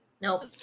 Nope